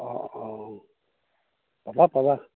অঁ অঁ পাবা পাবা